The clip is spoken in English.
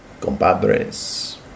compadres